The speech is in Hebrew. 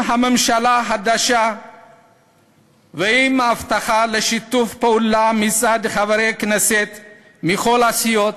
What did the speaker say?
עם הממשלה החדשה ועם הבטחה לשיתוף פעולה מצד חברי הכנסת מכלל הסיעות,